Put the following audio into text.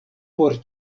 por